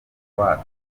wacu